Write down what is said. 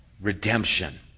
redemption